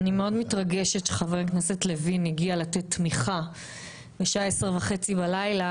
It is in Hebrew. אני מאוד מתרגשת שחבר הכנסת לוין הגיע לתת תמיכה בשעה 22:30 בלילה,